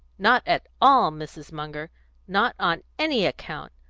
not at all, mrs. munger not on any account!